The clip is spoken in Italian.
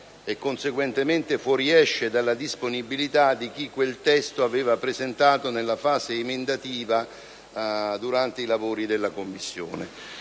conseguentemente fuoriesce dalla disponibilità di chi lo aveva presentato nella fase emendativa, durante i lavori della Commissione.